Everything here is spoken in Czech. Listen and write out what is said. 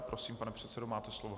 Prosím, pane předsedo, máte slovo.